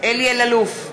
אלי אלאלוף,